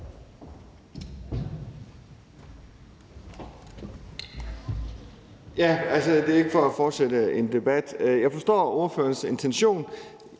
Det er ikke for at fortsætte en debat. Jeg forstår ordførerens intention,